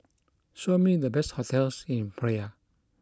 Show me the best hotels in Praia